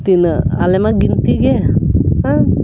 ᱛᱤᱱᱟᱹᱜ ᱟᱞᱮᱢᱟ ᱜᱤᱱᱛᱤ ᱜᱮ